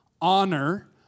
Honor